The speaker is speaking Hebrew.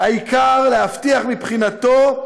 העיקר להבטיח, מבחינתו,